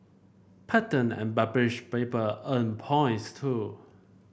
patent and published paper earn points too